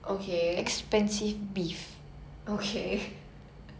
okay anything else I said more options